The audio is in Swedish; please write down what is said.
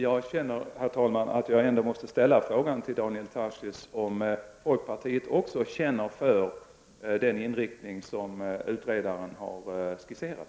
Herr talman! Jag måste ändå ställa frågan till Daniel Tarschys om också folkpartiet är för den inriktning som utredaren har skisserat.